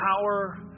power